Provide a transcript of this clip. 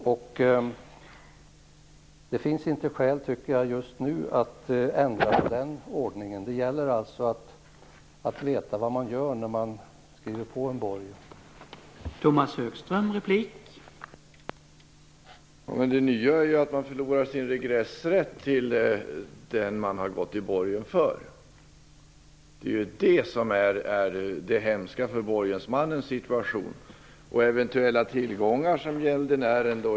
Jag tycker inte att det finns skäl att ändra på den ordningen just nu. Det gäller alltså att veta vad man gör när man skriver på en borgensförbindelse.